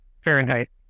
Fahrenheit